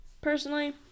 personally